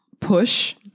push